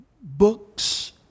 books